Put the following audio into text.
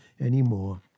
anymore